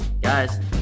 guys